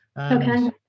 okay